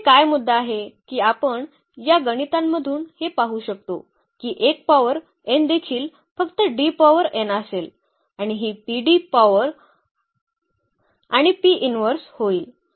तर येथे काय मुद्दा आहे की आपण या गणितांमधून हे पाहू शकतो की एक पॉवर n देखील फक्त D पॉवर n असेल आणि ही PD पॉवर आणि P इन्व्हर्स होईल